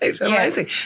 Amazing